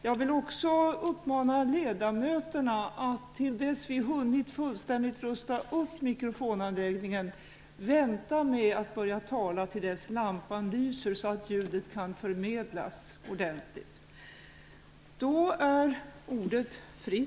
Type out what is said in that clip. Jag vill också uppmana ledamöterna att till dess vi hunnit fullständigt rusta upp mikrofonanläggningen vänta med att börja tala till dess lampan lyser så att ljudet kan förmedlas ordentligt.